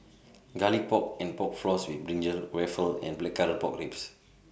Garlic Pork and Pork Floss with Brinjal Waffle and Blackcurrant Pork Ribs